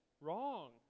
wrong